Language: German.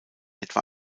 etwa